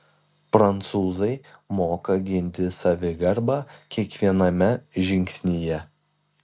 prancūzai moka ginti savigarbą kiekviename žingsnyje